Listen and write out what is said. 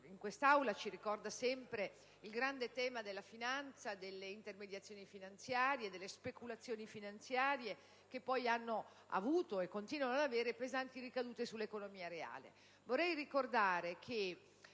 in quest'Aula ci ricorda sempre il grande tema della finanza, delle intermediazioni e delle speculazioni finanziarie, che poi hanno avuto e continuano ad avere pesanti ricadute sull'economia reale.